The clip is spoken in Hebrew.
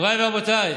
מוריי ורבותיי,